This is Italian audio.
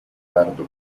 tardo